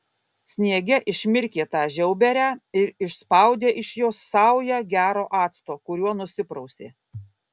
sniege išmirkė tą žiauberę ir išspaudė iš jos saują gero acto kuriuo nusiprausė